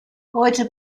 heute